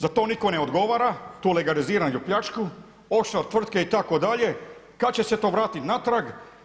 Za to nitko ne odgovara tu legaliziranu pljačku, off shore tvrtke itd., kada će se to vratiti natrag?